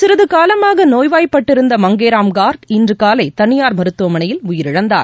சிறிது காலமாக நோய்வாய் பட்டிருந்த மங்கேராம் கார்க் இன்று காலை தனியார் மருத்துவமனையில் உயிரிழந்தார்